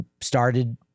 started